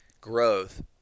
growth